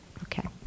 Okay